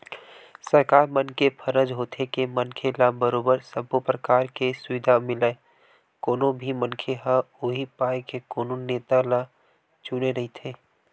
सरकार मन के फरज होथे के मनखे ल बरोबर सब्बो परकार के सुबिधा मिलय कोनो भी मनखे ह उहीं पाय के कोनो नेता ल चुने रहिथे